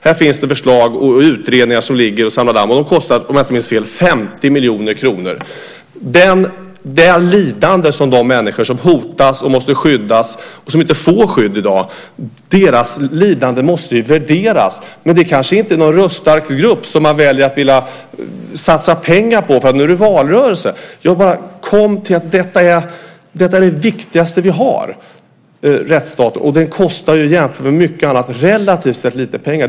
Här finns det förslag och utredningar som ligger och samlar damm. Det kostar samhället, om jag inte minns fel, 50 miljoner kronor. Det lidande som de människor som hotas och måste skyddas och som inte får skydd i dag måste värderas. Men det kanske inte är någon röststark grupp som man väljer att vilja satsa pengar på nu när det är valrörelse. Detta är det viktigaste vi har, rättsstaten, och den kostar jämfört med mycket annat relativt lite pengar.